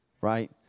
right